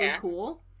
cool